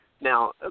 Now